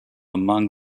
among